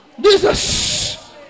Jesus